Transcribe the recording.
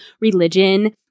religion